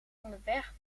onderweg